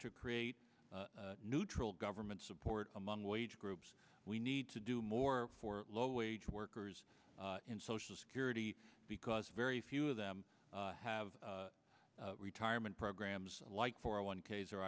to create neutral government support among wage groups we need to do more for low wage workers and social security because very few of them have retirement programs like for one k s or